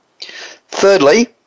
Thirdly